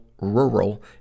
rural